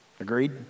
Agreed